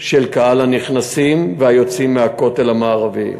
של קהל הנכנסים והיוצאים בכותל המערבי,